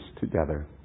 together